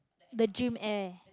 the gym air